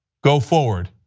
go forward,